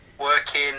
working